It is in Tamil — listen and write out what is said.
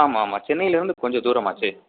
ஆமாம் ஆமாம் சென்னையிலிருந்து கொஞ்சம் தூரமாச்சே